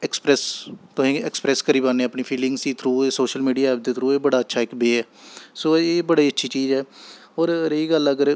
express तुसें गी express करी पान्नें अपनी फीलिंग्स गी थ्रू सोशल मीडिया दे थ्रू एह् बड़ा अच्छा इक वे ऐ सो एह् बड़ी अच्छी चीज ऐ होर रेही गल्ल अगर